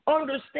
understand